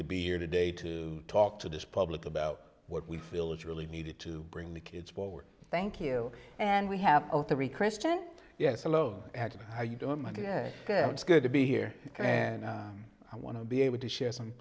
to be here today to talk to this public about what we feel is really needed to bring the kids forward thank you and we have three christian yes alone are you doing it's good to be here and i want to be able to share some